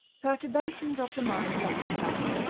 perturbations of the mind rectified.